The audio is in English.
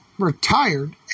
retired